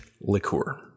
liqueur